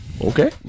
Okay